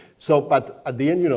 so but at the end, you know